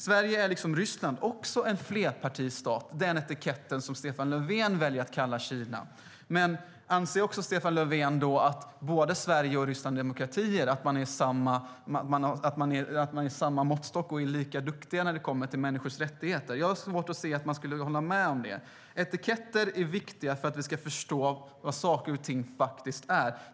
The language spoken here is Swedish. Sverige är liksom Ryssland en flerpartistat, vilket är den etikett Stefan Löfven väljer att använda för Kina. Anser Stefan Löfven då också att både Sverige och Ryssland är demokratier, att man har samma måttstock och är lika duktig när det kommer till människors rättigheter? Jag har svårt att se att någon skulle hålla med om det. Etiketter är viktiga för att vi ska förstå vad saker och ting faktiskt är.